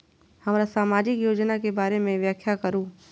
हमरा सामाजिक योजना के बारे में व्याख्या करु?